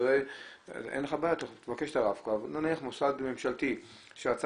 אנחנו יודעים גם להעריך, זה לא